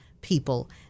People